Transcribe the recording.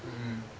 mmhmm